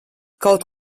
kaut